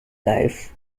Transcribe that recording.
life